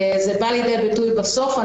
זה בא לידי ביטוי בסוף.